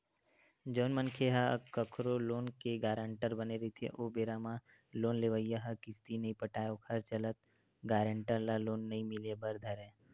जउन मनखे ह कखरो लोन के गारंटर बने रहिथे ओ बेरा म लोन लेवइया ह किस्ती नइ पटाय ओखर चलत गारेंटर ल लोन नइ मिले बर धरय